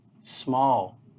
small